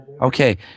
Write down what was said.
Okay